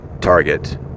target